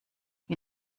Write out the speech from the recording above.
wie